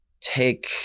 take